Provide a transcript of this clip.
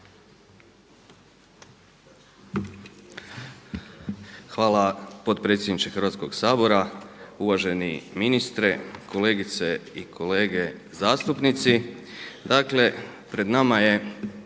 Hvala potpredsjedniče Hrvatskog sabora, uvaženi ministre, kolegice i kolege zastupnici.